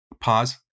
pause